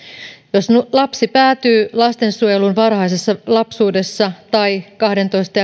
jos lapsi päätyy lastensuojeluun varhaisessa lapsuudessa tai kahdentoista